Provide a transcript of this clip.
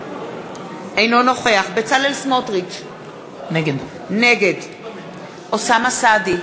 אינו נוכח בצלאל סמוטריץ, נגד אוסאמה סעדי,